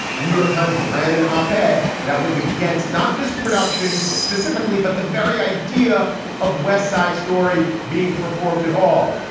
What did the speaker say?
the new york times ran an op ed that was against not this production specifically, but the very idea of west side story being performed at all.